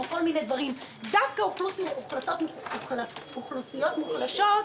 דווקא אוכלוסיות מוחלשות,